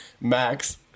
Max